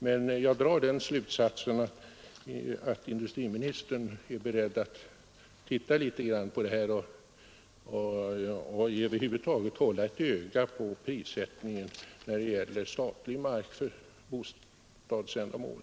Men jag drar den slutsatsen att industriministern är beredd att titta närmare på saken och över huvud taget hålla ett öga på prissättningen när det gäller statlig mark för bostadsändamål.